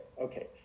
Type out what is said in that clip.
Okay